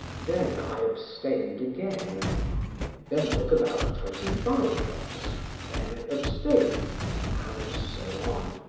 then i abstained again then took about twenty five drops then abstained and so on.